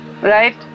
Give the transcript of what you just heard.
right